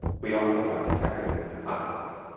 we also have detectives in the classes.